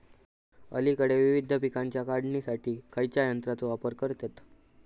अलीकडे विविध पीकांच्या काढणीसाठी खयाच्या यंत्राचो वापर करतत?